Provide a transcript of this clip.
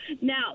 Now